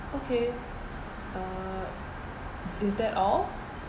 okay uh is that all